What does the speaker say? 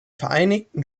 vereinigten